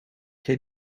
jij